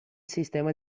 sistema